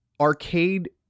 arcade